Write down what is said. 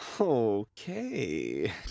okay